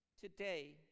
Today